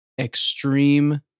extreme